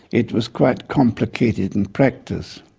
it was quite complicated in practice.